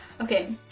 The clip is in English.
Okay